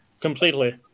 Completely